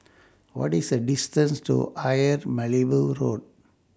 What IS The distance to Ayer Road